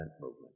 movement